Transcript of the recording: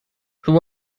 who